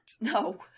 No